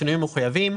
בשינויים המחויבים,